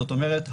זאת אומרת,